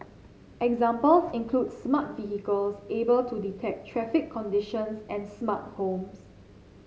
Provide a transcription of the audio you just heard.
examples include smart vehicles able to detect traffic conditions and smart homes